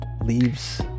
leaves